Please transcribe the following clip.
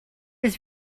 was